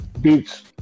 beats